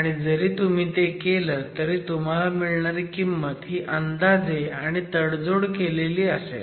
आणि जरी तुम्ही ते केलं तरीही तुम्हाला मिळणारी किंमत ही अंदाजे आणि तडजोड केलेली असेल